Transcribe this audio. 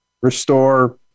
restore